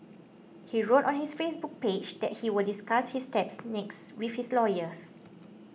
he wrote on his Facebook page that he will discuss his next steps with his lawyers